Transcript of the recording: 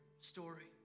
story